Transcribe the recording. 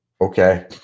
Okay